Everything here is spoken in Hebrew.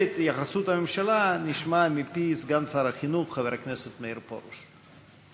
ואת התייחסות הממשלה נשמע מפי סגן שר החינוך חבר הכנסת מאיר פרוש.